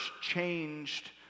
changed